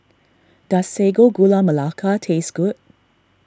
does Sago Gula Melaka taste good